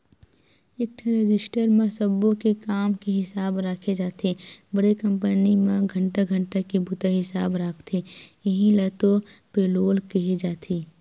एकठन रजिस्टर म सब्बो के काम के हिसाब राखे जाथे बड़े कंपनी म घंटा घंटा के बूता हिसाब राखथे इहीं ल तो पेलोल केहे जाथे